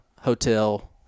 hotel